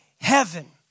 heaven